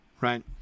right